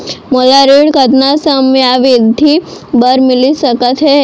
मोला ऋण कतना समयावधि भर मिलिस सकत हे?